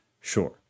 sure